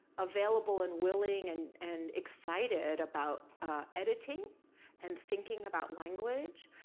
available, and willing, and and excited about editing and thinking about language.